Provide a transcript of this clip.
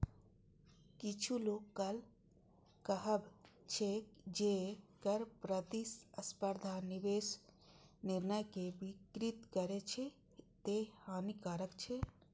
किछु लोकक कहब छै, जे कर प्रतिस्पर्धा निवेश निर्णय कें विकृत करै छै, तें हानिकारक छै